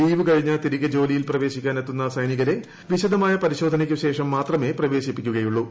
leave കഴിഞ്ഞ് തിരികെ ജോലിയിൽ പ്രവേശിക്കാൻ എത്തുന്ന സൈനികരെ വിശദമായ ശേഷം മാത്രമേ പ്രവേശിപ്പിക്കുകയുള്ളൂ